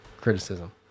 criticism